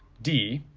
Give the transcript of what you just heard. d,